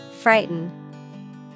Frighten